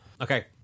Okay